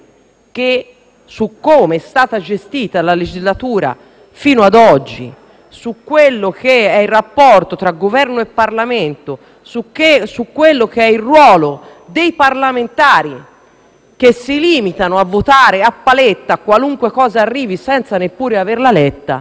per quello che è il rapporto tra Governo e Parlamento e il ruolo dei parlamentari - che si limitano a votare a paletta qualunque cosa arrivi, senza neppure averla letta - non c'è da spiegare assolutamente niente.